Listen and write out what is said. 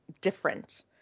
different